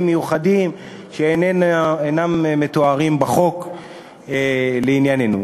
מיוחדים שאינם מתוארים בחוק לענייננו.